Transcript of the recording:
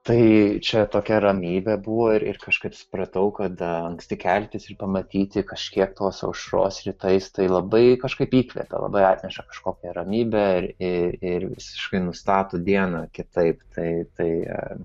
tai čia tokia ramybė buvo ir kažkaip supratau kad anksti keltis ir pamatyti kažkiek tos aušros rytais tai labai kažkaip įkvepia labai atneša kažkokią ramybę ir ir visiškai nustato dieną kitaip tai tai